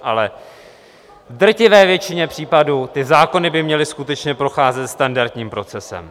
Ale v drtivé většině případů by ty zákony měly skutečně procházet standardním procesem.